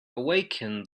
awaken